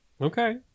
Okay